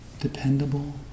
dependable